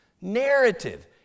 narrative